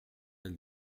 elle